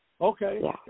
Okay